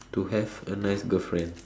to have a nice girlfriend